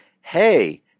hey